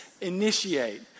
initiate